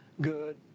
good